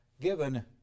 given